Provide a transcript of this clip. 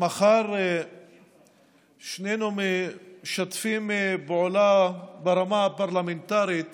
מחר שנינו משתפים פעולה ברמה הפרלמנטרית